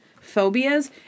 phobias